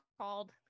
called